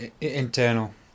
internal